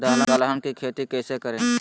दलहन की खेती कैसे करें?